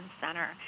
center